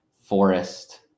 Forest